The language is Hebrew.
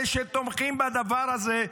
אלה שתומכים בדבר הזה,